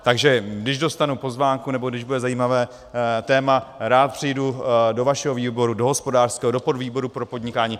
Takže když dostanu pozvánku nebo když bude zajímavé téma, rád přijdu do vašeho výboru, do hospodářského, do podvýboru pro podnikání.